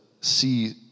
see